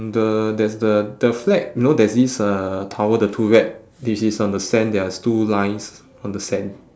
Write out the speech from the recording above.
the there is the the flag you know there is this uh tower the turret this is on the sand there is two lines on the sand